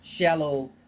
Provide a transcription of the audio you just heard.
shallow